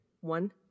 One